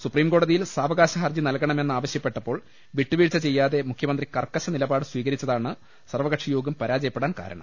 സുപ്രീംകോടതി യിൽ സാവകാശഹർജി നൽകണമെന്ന് ആവശ്യപ്പെട്ടപ്പോൾ വിട്ടുവീഴ്ച ചെയ്യാതെ മുഖ്യമന്ത്രി കർക്കശനിലപാട് സ്വീകരിച്ചതാണ് സർവ്വകക്ഷി യോഗം പരാജയപ്പെടാൻ കാരണം